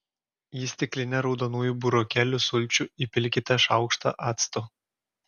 į stiklinę raudonųjų burokėlių sulčių įpilkite šaukštą acto